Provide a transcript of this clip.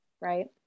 right